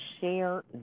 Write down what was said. share